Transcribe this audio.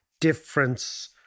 difference